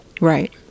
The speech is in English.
Right